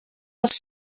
les